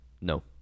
No